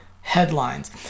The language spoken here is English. headlines